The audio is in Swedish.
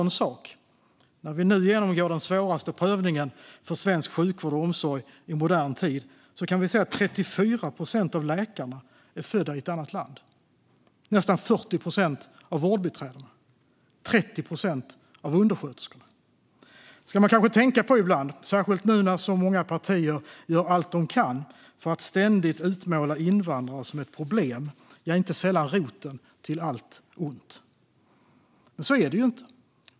När vi nu genomgår den svåraste prövningen för svensk sjukvård och omsorg i modern tid kan vi se att 34 procent av läkarna är födda i ett annat land och att detsamma gäller för nästan 40 procent av vårdbiträdena och 30 procent av undersköterskorna. Det ska man kanske tänka på ibland, särskilt nu när så många partier gör allt de kan för att ständigt utmåla invandrare som ett problem, ja, inte sällan som roten till allt ont. Men så är det inte.